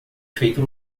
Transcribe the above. feito